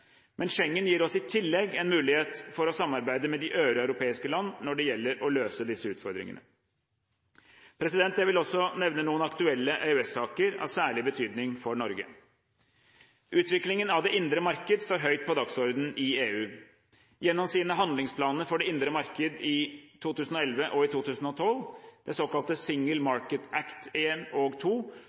Men Schengen gir oss i tillegg en mulighet til å samarbeide med de øvrige europeiske land når det gjelder å løse disse utfordringene. Jeg vil også nevne noen aktuelle EØS-saker av særlig betydning for Norge. Utviklingen av det indre marked står høyt på dagsordenen i EU. Gjennom sine handlingsplaner for det indre marked i 2011 og 2012, de såkalte Single Market Act I og II, har Europakommisjonen i to